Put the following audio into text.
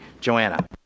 Joanna